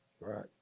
right